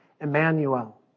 Emmanuel